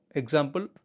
example